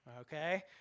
okay